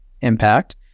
impact